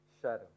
Shadow